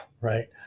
right